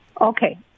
Okay